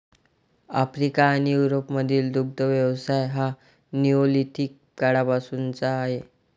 Africa आणि युरोपमधील दुग्ध व्यवसाय हा निओलिथिक काळापासूनचा आहे